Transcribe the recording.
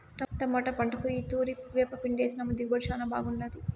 tomato పంటకు ఈ తూరి వేపపిండేసినాము దిగుబడి శానా బాగుండాది